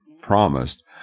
promised